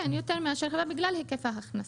בגלל היקף ההכנסות.